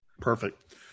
Perfect